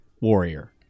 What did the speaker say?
warrior